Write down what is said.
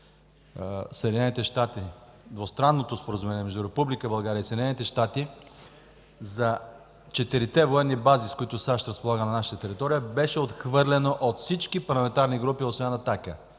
двустранното споразумение между Република България и Съединените щати за четирите военни бази, с които САЩ разполага на наша територия, беше отхвърлено от всички парламентарни групи, освен „Атака”.